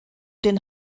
den